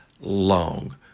long